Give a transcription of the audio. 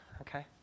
okay